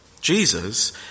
Jesus